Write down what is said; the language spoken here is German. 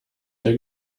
der